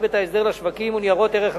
את ההסדר לשווקים וניירות ערך נוספים,